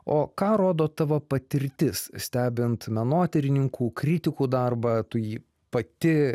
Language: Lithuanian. o ką rodo tavo patirtis stebint menotyrininkų kritikų darbą tu jį pati